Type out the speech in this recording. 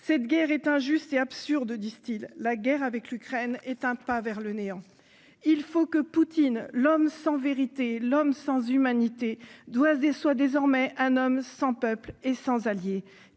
Cette guerre est injuste et absurde », disent-ils, « la guerre avec l'Ukraine est un pas vers le néant. » Il faut que Poutine, l'homme sans vérité, l'homme sans humanité, soit désormais un homme sans peuple et sans allié.